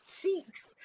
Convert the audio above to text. cheeks